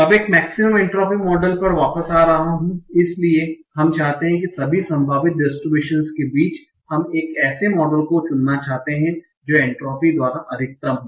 अब एक maximum entropy model पर वापस आ रहा है इसलिए हम चाहते हैं सभी संभावित डिस्ट्रिब्यूशन्स के बीच हम एक ऐसे मॉडल को चुनना चाहते हैं जो एन्ट्रॉपी द्वारा अधिकतम हो